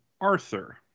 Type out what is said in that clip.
Arthur